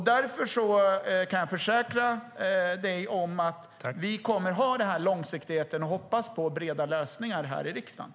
Därför kan jag försäkra dig om att vi kommer att ha en långsiktighet och hoppas på breda lösningar i riksdagen.